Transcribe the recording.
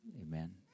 Amen